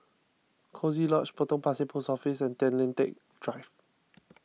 Coziee Lodge Potong Pasir Post Office and Tay Lian Teck Drive